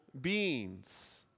beings